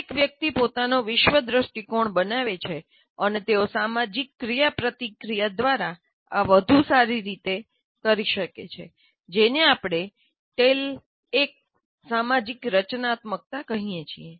દરેક વ્યક્તિ પોતાનો વિશ્વ દૃષ્ટિકોણ બનાવે છે અને તેઓ સામાજિક ક્રિયાપ્રતિક્રિયા દ્વારા આ વધુ સારી રીતે કરી શકે છે જેને આપણે ટેલ 1 સામાજિક રચનાત્મકતા કહીએ છીએ